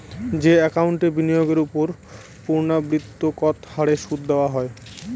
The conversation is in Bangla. যে একাউন্টে বিনিয়োগের ওপর পূর্ণ্যাবৃত্তৎকত হারে সুদ দেওয়া হয়